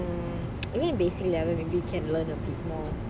hmm I mean basic level maybe can learn a bit more